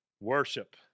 Worship